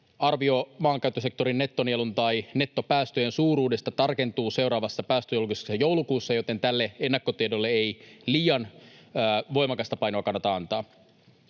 Arvio maankäyttösektorin nettonielun tai nettopäästöjen suuruudesta tarkentuu seuraavassa päästöjulkistuksessa joulukuussa, joten tälle ennakkotiedolle ei liian voimakasta painoa kannata antaa.